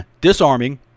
disarming